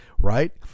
right